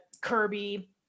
Kirby